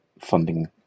funding